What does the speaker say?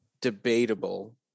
debatable